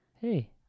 hey